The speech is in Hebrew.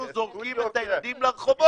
אנחנו זורקים את הילדים לרחובות.